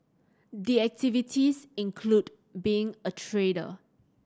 the activities include being a trader